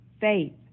faith